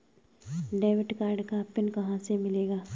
Debit card का pin कहां से मिलेगा?